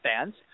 fans